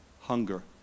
hunger